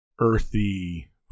earthy